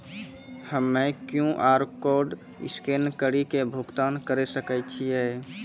हम्मय QR code scan कड़ी के भुगतान करें सकय छियै?